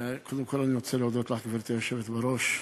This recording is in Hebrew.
קודם כול, אני רוצה להודות לך, גברתי היושבת בראש,